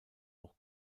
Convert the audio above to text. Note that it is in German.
auch